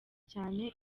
cyane